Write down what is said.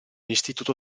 istituto